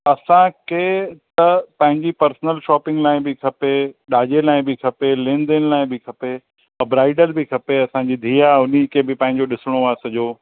असांखे त पंहिंजी पर्सनल शॉपिंग लाइ बि खपे ॾाजे लाइ बि खपे लेनदेन लाइ बि खपे अ ब्राईडल बि खपे असांजी धीअ आहे उन्ही खे बि पंहिंजो ॾिसिणो आहे सॼो